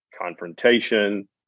confrontation